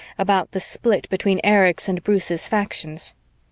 about the split between erich's and bruce's factions.